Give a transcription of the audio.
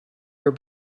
her